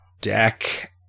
deck